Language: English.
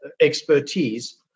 expertise